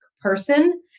person